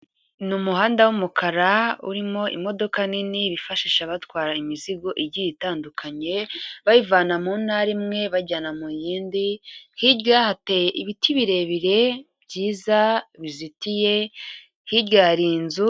Ni umuhanda w'umukara urimo imodoka nini bifashisha abatwara imizigo igiye itandukanye, bayivana mu ntara imwe bayijyana mu yindi. Hirya hateye ibiti birebire byiza bizitiye, hirya hari inzu.